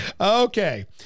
Okay